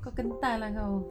kau gentar lah kau